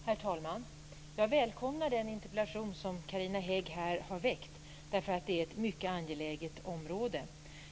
Herr talman! Jag välkomnar den interpellation som Carina Hägg här har väckt därför att det här är ett mycket angeläget område.